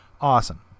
awesome